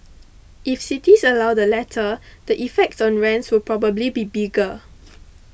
if cities allow the latter the effect on rents will probably be bigger